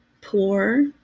poor